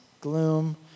gloom